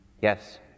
Yes